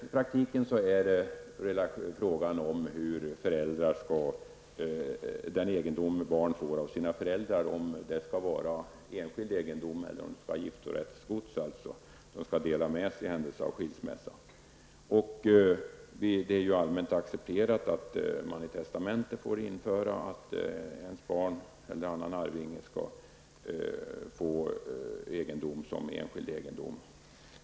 I praktiken är det fråga om huruvida egendom som barn har fått av sina föräldrar skall vara enskild egendom eller om den skall vara giftorättsgods som makarna alltså skall dela med sig i händelse av skilsmässa. Det är allmänt accepterat att man i testamente till sitt barn eller annan arvinge skall få lämna egendom som enskild egendom.